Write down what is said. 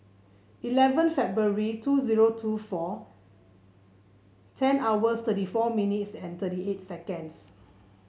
eleven February two zero two four ten hours thirty four minutes and thirty eight seconds